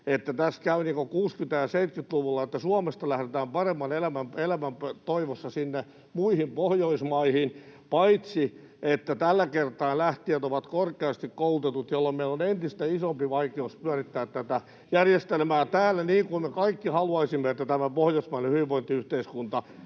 että tässä käy niin kuin 60- ja 70-luvuilla, että Suomesta lähdetään paremman elämän toivossa sinne muihin Pohjoismaihin, paitsi että tällä kertaa lähtijät ovat korkeasti koulutetut, jolloin meillä on entistä isompi vaikeus pyörittää tätä järjestelmää täällä niin kuin me kaikki haluaisimme, että tämä pohjoismainen hyvinvointiyhteiskunta